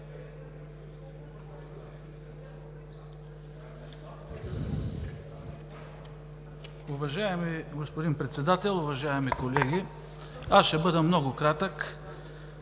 Уважаеми господин Председател, уважаеми колеги! Аз ще бъда много кратък.